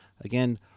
Again